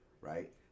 Right